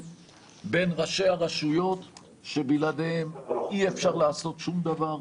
בין ראשי הרשויות שבלעדיהן אי אפשר לעשות שום דבר,